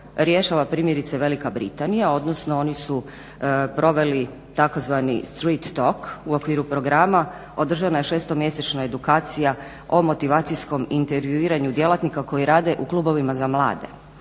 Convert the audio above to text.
rješava primjerice Velika Britanija, odnosno oni su proveli tzv. streat took u okviru programa, održana je šestomjesečna edukacija o motivacijskom intervjuiranju djelatnika koji rade u klubovima za mlade.